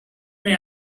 may